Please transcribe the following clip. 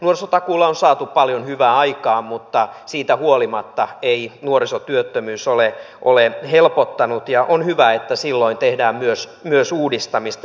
nuorisotakuulla on saatu paljon hyvää aikaan mutta siitä huolimatta ei nuorisotyöttömyys ole helpottanut ja on hyvä että silloin tehdään myös uudistamista